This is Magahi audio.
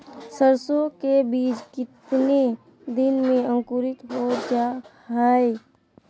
सरसो के बीज कितने दिन में अंकुरीत हो जा हाय?